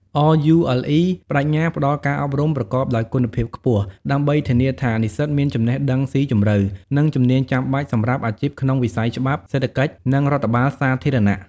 RULE ប្តេជ្ញាផ្តល់ការអប់រំប្រកបដោយគុណភាពខ្ពស់ ដើម្បីធានាថានិស្សិតមានចំណេះដឹងស៊ីជម្រៅ និងជំនាញចាំបាច់សម្រាប់អាជីពក្នុងវិស័យច្បាប់ សេដ្ឋកិច្ច និងរដ្ឋបាលសាធារណៈ។